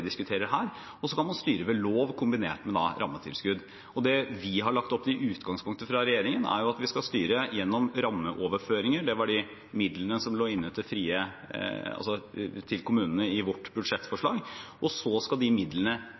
diskuterer her. Og man kan styre med lov kombinert med rammetilskudd. Det vi har lagt opp til i utgangspunktet fra regjeringen, er at vi skal styre gjennom rammeoverføringer – det er de midlene som lå inne til kommunene i vårt budsjettforslag. Så skal de midlene